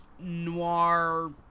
noir